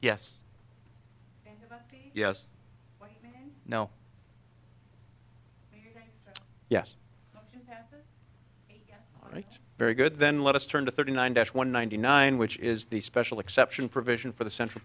yes yes no yes right very good then let us turn to thirty nine dash one ninety nine which is the special exception provision for the central